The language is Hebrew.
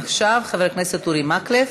עכשיו חבר הכנסת אורי מקלב,